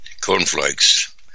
cornflakes